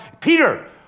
Peter